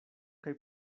kaj